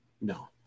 no